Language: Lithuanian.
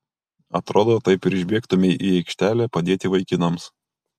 atrodo taip ir išbėgtumei į aikštelę padėti vaikinams